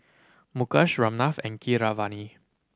Mukesh Ramnath and Keeravani